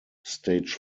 stage